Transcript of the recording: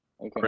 okay